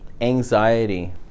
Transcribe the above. Anxiety